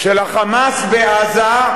של ה"חמאס" בעזה,